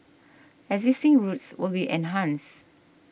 existing routes will be enhanced